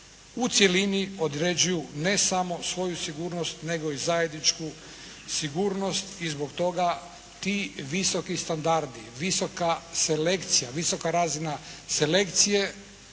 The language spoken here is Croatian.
u cjelini određuju ne samo svoju sigurnost nego i zajedničku sigurnost i zbog toga ti visoki standardi, visoka selekcija,